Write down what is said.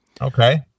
Okay